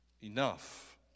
Enough